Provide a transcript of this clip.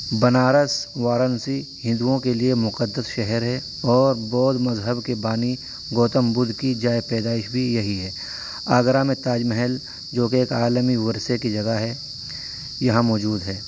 بنارس وارنسی ہندؤں کے لیے مقدس شہر ہے اور بودھ مذہب کے بانی گوتم بدھ کی جائے پیدائش بھی یہی ہے آگرہ میں تاج محل جو کہ ایک عالمی ورثے کی جگہ ہے یہاں موجود ہے